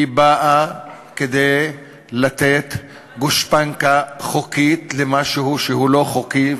היא באה לתת גושפנקה חוקית למשהו שהוא לא חוקי,